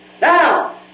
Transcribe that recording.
Now